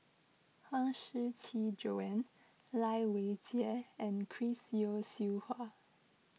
Huang Shiqi Joan Lai Weijie and Chris Yeo Siew Hua